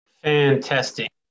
Fantastic